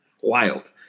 Wild